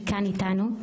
שכאן אתנו,